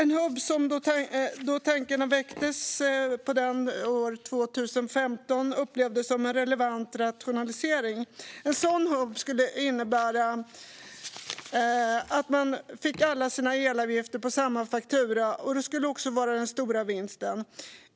När tankarna väcktes 2015 uppfattades denna hubb som en relevant rationalisering. En sådan hubb skulle innebära att man får alla sina elavgifter på samma faktura. Det skulle vara den stora vinsten.